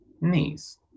knees